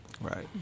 right